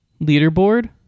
leaderboard